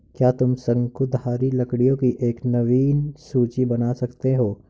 क्या तुम शंकुधारी लकड़ियों की एक नवीन सूची बना सकते हो?